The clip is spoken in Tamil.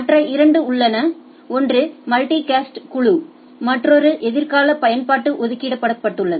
மற்ற இரண்டு உள்ளன ஒன்று மல்டிகாஸ்டுக்கு குழு மற்றொரு எதிர்கால பயன்பாட்டு ஒதுக்கப்பட்டுள்ளது